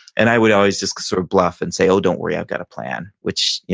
and i would always just sort of bluff and say, oh don't worry, i've got a plan. which,